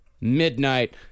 midnight